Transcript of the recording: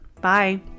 Bye